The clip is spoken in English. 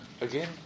again